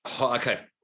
Okay